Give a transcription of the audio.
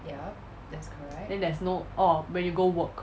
then there's no orh when you go work